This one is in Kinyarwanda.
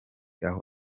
aho